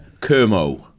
Kermo